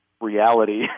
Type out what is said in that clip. reality